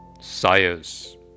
Sires